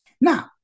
Now